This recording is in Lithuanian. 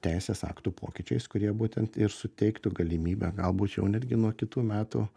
teisės aktų pokyčiais kurie būtent ir suteiktų galimybę galbūt jau netgi nuo kitų metų